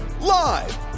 live